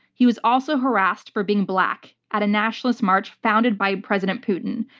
he was also harassed for being black at a nationalist march founded by president putin,